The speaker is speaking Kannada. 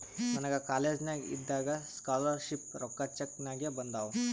ನನಗ ಕಾಲೇಜ್ನಾಗ್ ಇದ್ದಾಗ ಸ್ಕಾಲರ್ ಶಿಪ್ ರೊಕ್ಕಾ ಚೆಕ್ ನಾಗೆ ಬಂದಾವ್